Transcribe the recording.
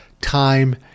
time